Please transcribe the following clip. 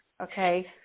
okay